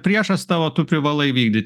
priešas tavo tu privalai vykdyt